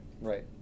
Right